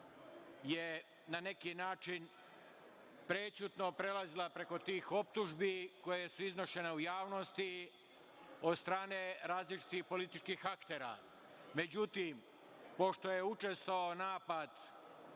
je na neki način prećutno prelazila preko tih optužbi koje su iznošene u javnosti od strane različitih političkih aktera.Međutim, pošto je učestao napad